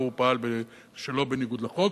ושהוא פעל שלא בניגוד לחוק.